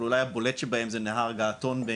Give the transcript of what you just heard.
אבל אולי הבולט שבהם זה נהר געתון,